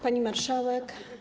Pani Marszałek!